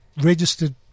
registered